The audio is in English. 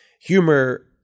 humor